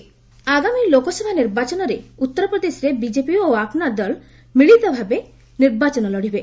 BJP ଆପନାଦଲ ଆଗାମୀ ଲୋକସଭା ନିର୍ବାଚନରେ ଉତ୍ତରପ୍ରଦେଶରେ ବିଜେପି ଓ ଆପନା ଦଳ ମିଳିତ ଭାବେ ନିର୍ବାଚନ ଲଢିବେ